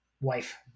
wife